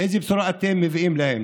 איזו בשורה אתם מביאים להם.